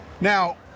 Now